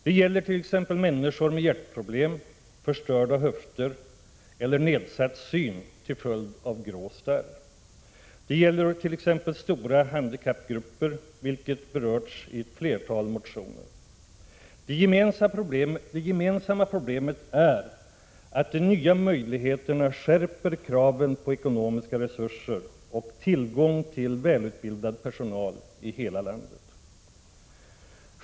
Det gäller t.ex. människor med hjärtproblem, förstörda höfter eller nedsatt syn till följd av grå starr. Det gäller också stora handikappgrupper, vilket berörts i flera motioner. Det gemensamma problemet är att de nya möjligheterna skärper kraven på ekonomiska resurser och tillgång till välutbildad personal i hela landet.